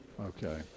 Okay